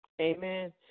Amen